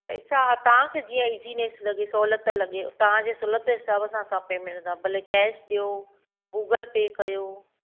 पैसा तव्हां खे जीअं इज़ीनेस लॻे सहूलियत लॻेव तव्हां जे सहूलियत जे हिसाब सां असां पेमेंट वठंदासीं भले कैश ॾियो गुगल पे कयो